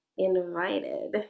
invited